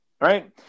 right